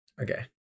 Okay